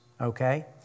okay